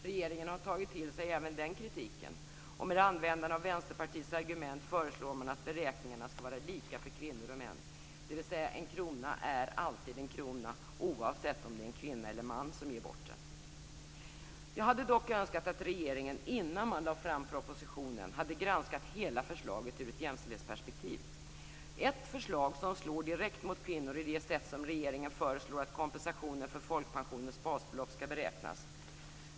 Regeringen har tagit till sig även den kritiken, och med användande av Vänsterpartiets argument föreslår man att beräkningarna skall vara lika för kvinnor och män, dvs. en krona är alltid en krona oavsett om det är en kvinna eller en man som ger bort den. Jag hade dock önskat att regeringen - innan man lade fram propositionen - hade granskat hela förslaget ur ett jämställdhetsperspektiv. Ett förslag som slår direkt mot kvinnor är det sätt som regeringen föreslår att kompensationen för folkpensionens basbelopp skall beräknas på.